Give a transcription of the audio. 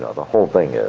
ah the whole thing is.